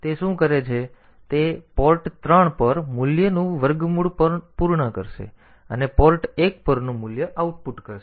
તેથી તે શું કરે છે કે તે પોર્ટ 3 પર મૂલ્યનું વર્ગમૂળ પૂર્ણ કરશે અને પોર્ટ 1 પર મૂલ્યનું આઉટપુટ કરશે